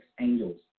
angels